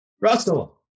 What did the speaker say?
Russell